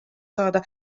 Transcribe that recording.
saada